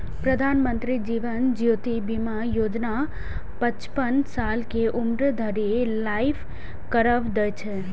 प्रधानमंत्री जीवन ज्योति बीमा योजना पचपन साल के उम्र धरि लाइफ कवर दै छै